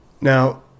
Now